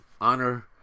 honor